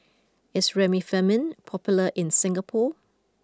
is Remifemin popular in Singapore